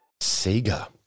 Sega